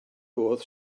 oedd